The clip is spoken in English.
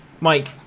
Mike